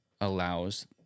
allows